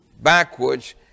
backwards